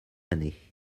année